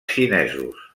xinesos